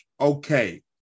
Okay